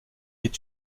est